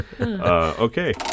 Okay